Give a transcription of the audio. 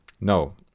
No